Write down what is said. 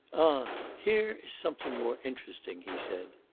ah! here is something more interesting, he said.